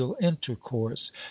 intercourse